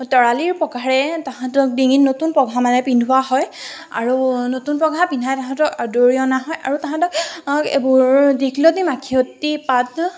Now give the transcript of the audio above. তৰালিৰ পঘাৰে তাহাঁতক ডিঙিত নতুন পঘা মানে পিন্ধোৱা হয় আৰু নতুন পঘা পিন্ধাই তাহাঁতক আদৰি অনা হয় আৰু তাহাঁতক এইবোৰ দীঘলতি মাখিয়তী পাত